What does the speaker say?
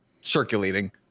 circulating